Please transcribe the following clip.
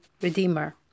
redeemer